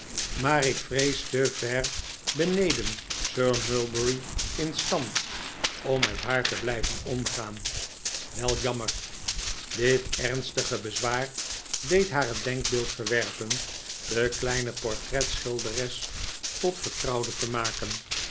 maar ik vrees te ver beneden sir mulberry in stand om met haar te blijven omgaan wel jammer dit ernstige bezwaar deed haar het denkbeeld verwerpen de kleine portretschilderes tot vertrouwde te maken